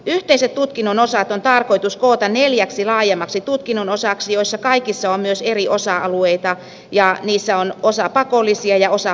yhteiset tutkinnon osat on tarkoitus koota neljäksi laajemmaksi tutkinnon osaksi joissa kaikissa on myös eri osa alueita ja niissä on osa pakollisia ja osa valinnaisia